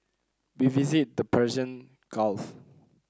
we visited the Persian Gulf